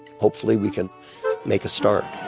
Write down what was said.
hopefully, we can make a start